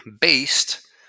based